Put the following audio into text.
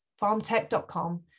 farmtech.com